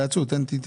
תנסה אותי.